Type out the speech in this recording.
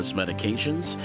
medications